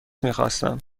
میخواستم